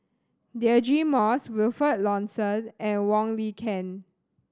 Deirdre Moss Wilfed Lawson and Wong Lin Ken